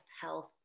health